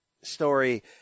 story